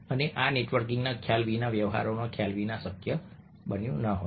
અને આ નેટવર્કિંગના ખ્યાલ વિના વ્યવહારોના ખ્યાલ વિના શક્ય ન હોત